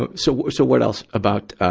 but so, so what else about, ah,